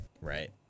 right